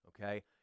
okay